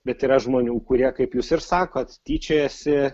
bet yra žmonių kurie kaip jūs ir sakot tyčiojasi